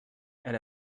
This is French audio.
elle